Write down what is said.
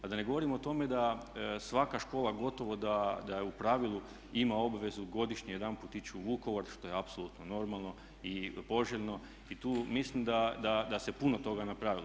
A da ne govorim o tome da svaka škola gotovo da je u pravilu ima obvezu godišnje jedanput ići u Vukovar što je apsolutno normalno i poželjno i tu mislim da se puno toga napravilo.